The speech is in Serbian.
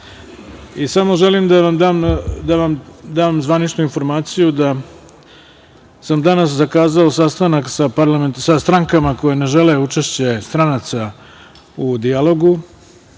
sale. Želim da vam dam zvaničnu informaciju da sam danas zakazao sastanak sa strankama koje ne žele učešće stranaca u dijalogu